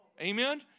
Amen